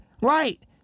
Right